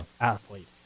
athlete